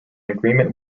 agreement